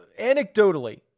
anecdotally